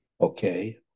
Okay